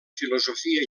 filosofia